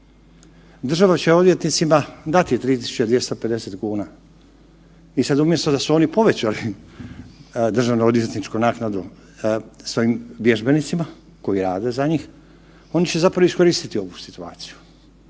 Država će odvjetnicima dati 3.250 kuna i sad umjesto da su oni povećali državno odvjetničku naknadu svojim vježbenicima koji rade za njih oni će zapravo iskoristiti ovu situaciju.